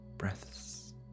breaths